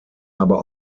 aber